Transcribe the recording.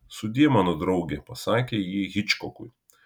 sudie mano drauge pasakė ji hičkokui